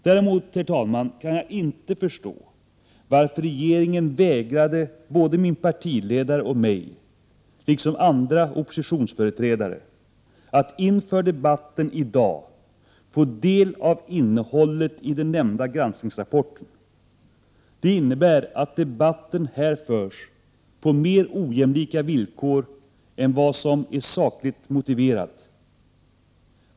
Däremot kan jag, herr talman, inte förstå varför regeringen vägrade både min partiledare och mig, liksom andra oppositionsföreträdare, att inför debatten i dag få del av innehållet i den nämnda granskningsrapporten. Det innebär att debatten här förs på mer ojämlika villkor än vad som är sakligt motiverat.